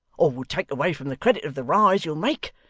or would take away from the credit of the rise you'll make,